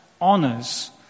honors